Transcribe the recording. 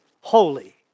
holy